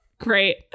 Great